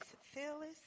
Phyllis